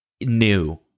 new